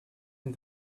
and